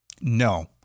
No